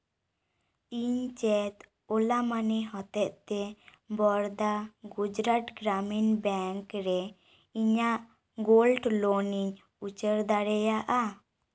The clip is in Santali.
ᱤᱧ ᱪᱮᱫ ᱳᱞᱟ ᱢᱟᱱᱤ ᱦᱚᱛᱮᱫ ᱛᱮ ᱵᱚᱲᱫᱟ ᱜᱩᱡᱽᱨᱟᱴ ᱜᱨᱟᱢᱤᱱ ᱵᱮᱝᱠ ᱨᱮ ᱤᱧᱟᱜ ᱜᱳᱞᱰ ᱞᱳᱱᱤᱧ ᱩᱪᱟᱹᱲ ᱫᱟᱲᱮᱭᱟᱜᱼᱟ